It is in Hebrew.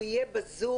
הוא יהיה בזום,